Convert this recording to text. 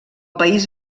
país